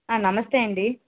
నమస్తే అండి